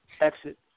exit